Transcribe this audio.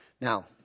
Now